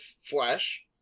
flash